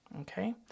Okay